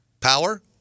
Power